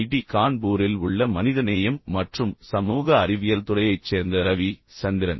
D கான்பூரில் உள்ள மனிதநேயம் மற்றும் சமூக அறிவியல் துறையைச் சேர்ந்த ரவி சந்திரன்